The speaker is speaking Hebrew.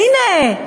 הנה,